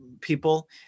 people